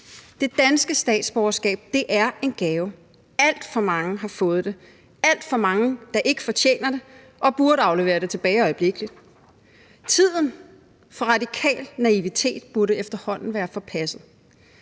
Det danske statsborgerskab er en gave. Alt for mange har fået det; alt for mange, der ikke fortjener det, og som burde aflevere det tilbage øjeblikkelig. Tiden for radikal naivitet burde efterhånden være forpasset.